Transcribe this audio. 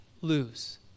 lose